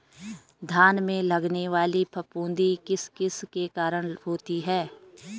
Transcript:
धान में लगने वाली फफूंदी किस किस के कारण होती है?